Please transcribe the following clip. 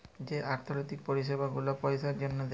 যে আথ্থিক পরিছেবা গুলা পইসার জ্যনহে দেয়